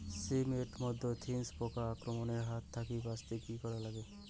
শিম এট মধ্যে থ্রিপ্স পোকার আক্রমণের হাত থাকি বাঁচাইতে কি করা লাগে?